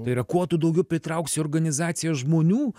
tai yra kuo tu daugiau pritrauksi į organizaciją žmonių